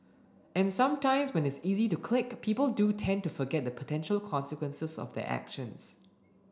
and sometimes when it's so easy to click people do tend to forget the potential consequences of their actions